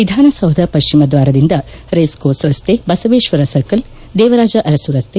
ವಿಧಾನಸೌಧ ಪಶ್ಚಿಮ ದ್ವಾರದಿಂದ race course ರಸ್ತ ಬಸವೇಶ್ವರ ಸರ್ಕಲ್ ದೇವರಾಜ ಅರಸು ರಸ್ತೆ